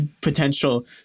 potential